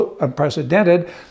unprecedented